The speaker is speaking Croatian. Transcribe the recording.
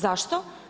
Zašto?